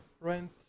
rent